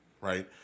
right